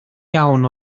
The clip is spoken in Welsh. iawn